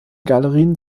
galerien